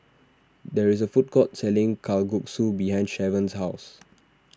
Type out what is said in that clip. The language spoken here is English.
there is a food court selling Kalguksu behind Shavon's house